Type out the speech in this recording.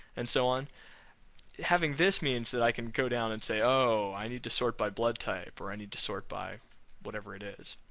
and so on having this means that i can go down and say ohh, i need to sort by bloodtype or i need to sort by whatever it is.